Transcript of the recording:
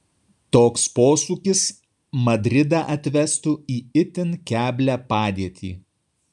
toks posūkis madridą atvestų į itin keblią padėtį